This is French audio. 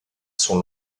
sont